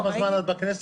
כמה זמן את בכנסת?